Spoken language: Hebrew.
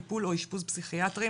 טיפול או אשפוז פסיכיאטריים,